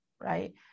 right